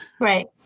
Right